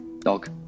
Dog